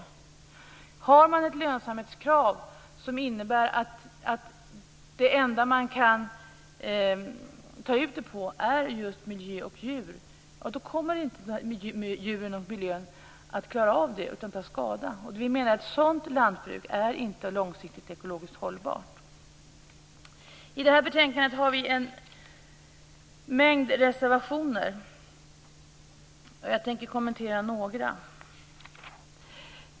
Om man har ett lönsamhetskrav som innebär att det enda man kan ta ut det på är just miljö och djur, kommer inte djuren och miljön att klara av det utan att ta skada. Vi menar att ett sådant lantbruk inte är långsiktigt ekologiskt hållbart. Till detta betänkande har vi en mängd reservationer, och jag tänker kommentera några av dem.